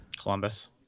Columbus